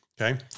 Okay